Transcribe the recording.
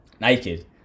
naked